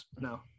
No